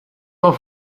vom